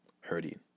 hurting